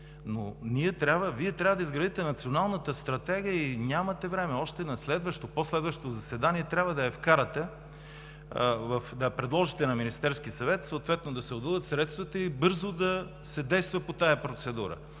но Вие трябва да изградите Националната стратегия и нямате време. Още на следващо, на по-следващо заседание трябва да я вкарате, да я предложите на Министерския съвет, да се отделят съответно средствата и бързо да се действа по тази процедура.